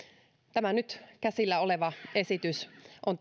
tämä nyt käsillä oleva esitys on